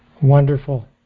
Wonderful